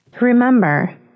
Remember